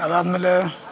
ಅದಾದ ಮೇಲೆ